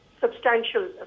Substantial